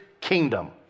kingdom